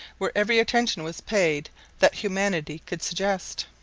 where every attention was paid that humanity could suggest.